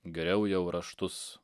geriau jau raštus